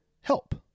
help